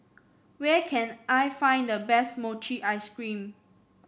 where can I find the best Mochi Ice Cream